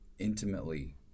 intimately